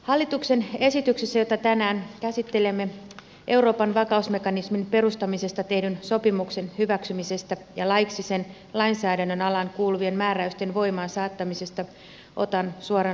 hallituksen esityksestä jota tänään käsittelemme euroopan vakausmekanismin perustamisesta tehdyn sopimuksen hyväksymisestä ja laiksi sen lainsäädännön alaan kuuluvien määräysten voimaansaattamisesta otan suoran lainauksen